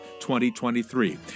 2023